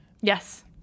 Yes